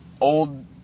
old